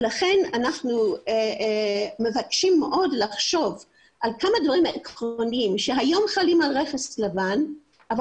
לכן אנחנו מבקשים מאוד לחשוב על כמה דברים שהיום חלים על רכס לבן אבל